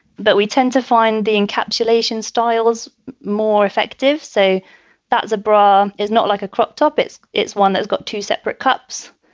but we tend to find the encapsulation styles more effective. so that's a bra is not like a cropped up. it's it's one that's got two separate cups.